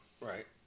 Right